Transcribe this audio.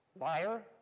Liar